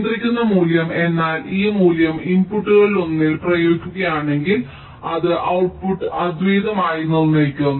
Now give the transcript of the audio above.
നിയന്ത്രിക്കുന്ന മൂല്യം എന്നാൽ ഈ മൂല്യം ഇൻപുട്ടുകളിലൊന്നിൽ പ്രയോഗിക്കുകയാണെങ്കിൽ അത് ഔട്ട്പുട്ട് അദ്വിതീയമായി നിർണ്ണയിക്കും